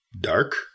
dark